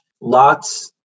lots